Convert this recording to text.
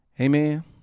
Amen